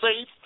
safe